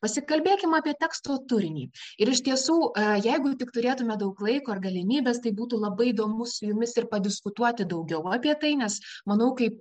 pasikalbėkim apie teksto turinį ir iš tiesų jeigu tik turėtume daug laiko ir galimybės tai būtų labai įdomu su jumis ir padiskutuoti daugiau apie tai nes manau kaip